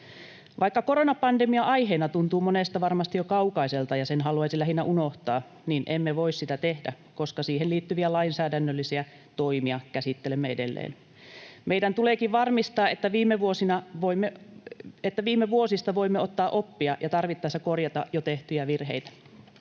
Vaikka koronapandemia aiheena tuntuu monesta varmasti jo kaukaiselta ja sen haluaisi lähinnä unohtaa, niin emme voi sitä tehdä, koska siihen liittyviä lainsäädännöllisiä toimia käsittelemme edelleen. Meidän tuleekin varmistaa, että viime vuosista voimme ottaa oppia ja tarvittaessa korjata jo tehtyjä virheitä.